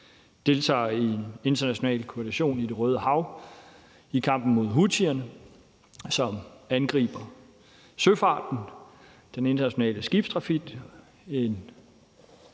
deltager i en international koalition i Det Røde Hav i kampen mod houthierne, som angriber søfarten og den internationale skibstrafik.